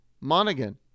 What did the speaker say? Monaghan